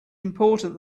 important